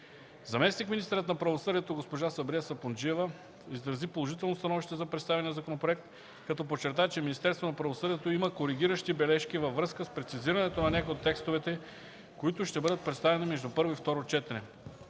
Заместник-министърът на правосъдието госпожа Сабрие Сапунджиева изрази положително становище за представения законопроект, като подчерта, че Министерството на правосъдието има коригиращи бележки във връзка с прецизирането на някои от текстовете, които ще бъдат представени между първо и второ четене.